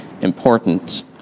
important